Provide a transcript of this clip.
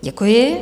Děkuji.